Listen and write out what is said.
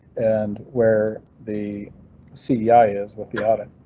and where the cia is with the audit.